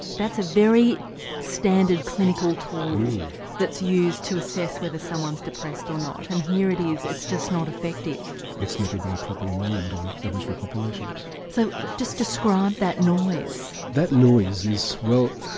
that's a very standard clinical tool um that's used to assess whether someone is depressed or not, and here it is, it's just not effective. it's never been properly normed on an aboriginal populations. so just describe that noise. that noise is, well,